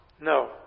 No